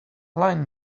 line